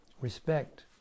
respect